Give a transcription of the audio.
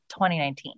2019